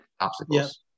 obstacles